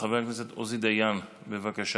חבר הכנסת עוזי דיין, בבקשה.